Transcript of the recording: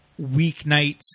weeknights